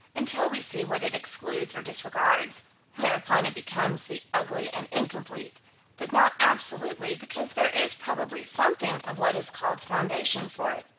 until we see what it excludes or disregards whereupon it becomes the ugly and incomplete but not absolutely, because there is probably something of what is called foundation for it.